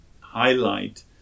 highlight